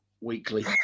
weekly